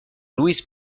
louise